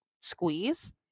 squeeze